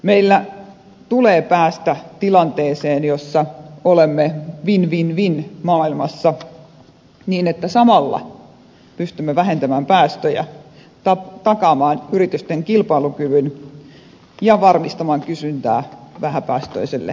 meillä tulee päästä tilanteeseen jossa olemme win win win maailmassa niin että samalla pystymme vähentämään päästöjä takaamaan yritysten kilpailukyvyn ja varmistamaan kysyntää vähäpäästöiselle teknologialle